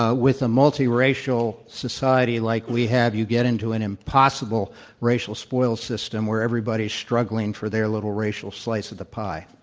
ah with a multi racial society like we have you get into an impossible racial spoil system where everybody's struggling for their little racial slice of the pie.